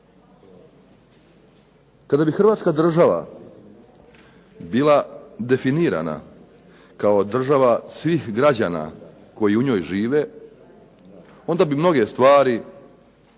Kada bi hrvatska država bila definirana kao država svih građana koji u njoj žive, onda bi mnoge stvari bile